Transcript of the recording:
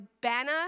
banner